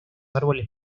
árboles